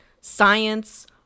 science